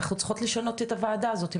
אנחנו צריכות לשנות את הוועדה הזאת,